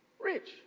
Rich